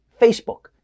Facebook